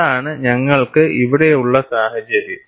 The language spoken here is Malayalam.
അതാണ് ഞങ്ങൾക്ക് ഇവിടെയുള്ള സാഹചര്യം